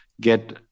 get